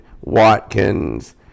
Watkins